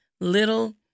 little